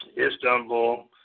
Istanbul